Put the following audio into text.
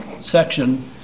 section